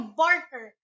barker